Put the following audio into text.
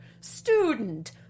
student